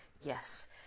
yes